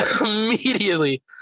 immediately